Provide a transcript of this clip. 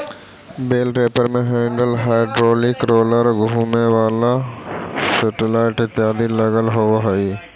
बेल wrapper में handler, hydraulic roller, घुमें वाला सेटेलाइट इत्यादि लगल होवऽ हई